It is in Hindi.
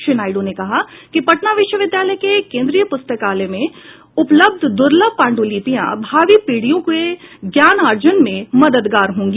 श्री नायडू ने कहा कि पटना विश्वविद्यालय के केन्द्रीय प्रस्तकालय में उपलब्ध द्र्लभ पांड्लिपियां भावी पीढ़ियों के ज्ञानार्जन में मददगार होंगी